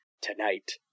Tonight